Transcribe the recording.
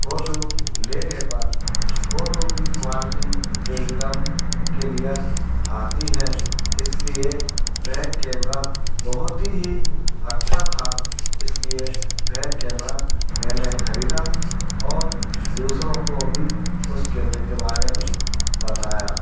photo लेने पर photo की क्वालटी एकदम क्लियर आती है इसलिए वह कैमरा बहुत ही अच्छा था इसलिए वह कैमरा मैंने खरीदा और दूसरों को भी उस कैमरे के बारे में बताया